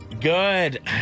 Good